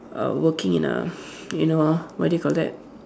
uh working in a you know what do you call that